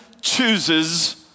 chooses